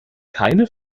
keine